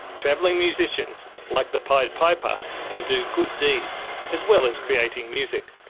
travelling musicians like the pied piper can do good deeds as well as creating music,